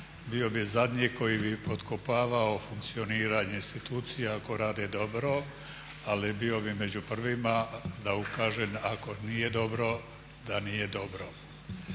Bio bih zadnji koji bi potkopavao funkcioniranje institucija ako rade dobro, ali bio bi među prvima da ukažem ako nije dobro da nije dobro.